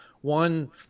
one